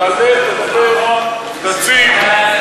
תעלה, תדבר, תציג.